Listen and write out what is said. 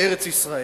בארץ-ישראל.